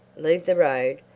leave the road,